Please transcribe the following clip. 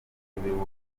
w’ibihugu